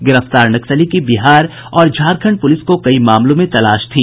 गिरफ्तार नक्सली की बिहार और झारखंड पुलिस को कई मामलों में तलाश थी